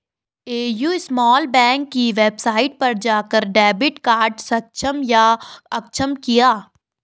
AU small bank की website पर जाकर डेबिट कार्ड सक्षम या अक्षम किया